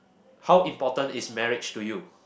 how important is marriage to you